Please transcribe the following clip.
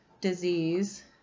disease